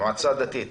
מועצה דתית.